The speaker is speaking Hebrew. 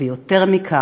ויותר מכך,